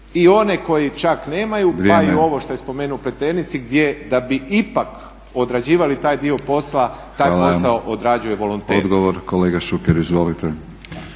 I one koji čak nemaju pa i ovo što je spomenuo u Pleternici gdje da bi ipak odrađivali taj dio posla taj posao odrađuje volonter.